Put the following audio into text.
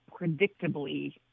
predictably